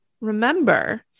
remember